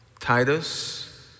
Titus